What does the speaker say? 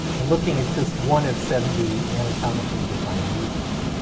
and looking at just one of seventy anatomically defined regions.